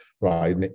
right